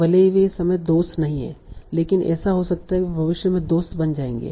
भले ही वे इस समय दोस्त नहीं हैं लेकिन ऐसा हो सकता है कि वे भविष्य में दोस्त बन जाएंगे